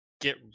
get